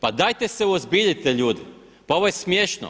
Pa dajte se uozbiljite ljudi pa ovo je smiješno.